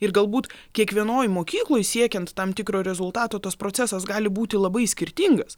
ir galbūt kiekvienoj mokykloj siekiant tam tikro rezultato tas procesas gali būti labai skirtingas